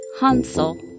Hansel